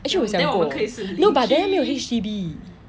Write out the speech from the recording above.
actually 我想如果 but then 它没有 H_D_B